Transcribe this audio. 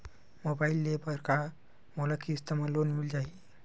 Mobile ले बर का मोला किस्त मा लोन मिल जाही?